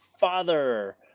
Father